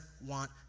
want